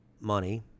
money